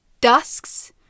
Dusk's